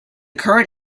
current